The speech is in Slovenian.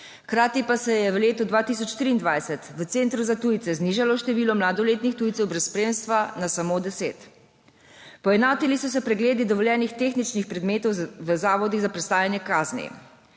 Hkrati pa se je v letu 2023 v centru za tujce znižalo število mladoletnih tujcev brez spremstva na samo deset. Poenotili so se pregledi dovoljenih tehničnih predmetov v Zavodih za prestajanje kazni.